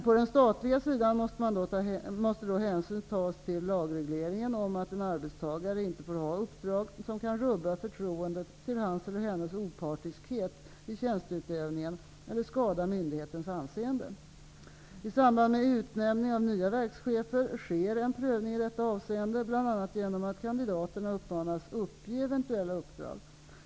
På den statliga sidan måste då hänsyn tas till lagregleringen om att en arbetstagare inte får ha uppdrag som kan rubba förtroendet till hans eller hennes opartiskhet i tjänsteutövningen eller skada myndighetens anseende. I samband med utnämning av nya verkschefer sker en prövning i detta aveende bl.a. genom att kandidaterna uppmanas uppge eventuella uppdrag.